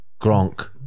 Gronk